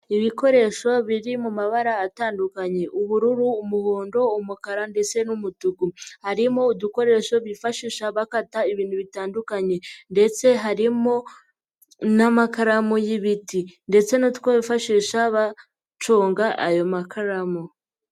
Ibikoresho biri mu mabara atandukanye ubururu, umuhondo, umukara ndetse n'umutuku, harimo udukoresho bifashisha bakata ibintu bitandukanye ndetse harimo n'amakaramu y'ibiti ndetse n'utwo bifashisha baconga ayo makaramu.